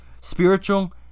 spiritual